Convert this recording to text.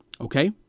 Okay